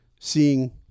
seeing